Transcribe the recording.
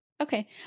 Okay